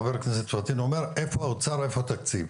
חבר הכנסת פטין אומר איפה האוצר ואיפה התקציב,